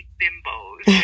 bimbos